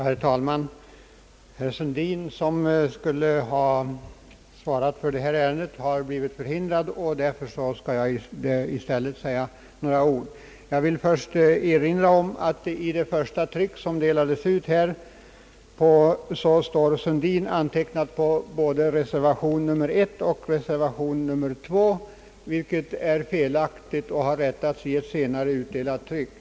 Herr talman! Herr Sundin som skulle ha svarat för detta ärende har blivit förhindrad, och jag skall därför i stället säga några ord. Jag vill först erinra om att i det första tryck som delades ut stod herr Sundin antecknad som reservant både under reservation 1 och reservation 2, vilket är felaktigt och har rättats till i ett senare utdelat tryck.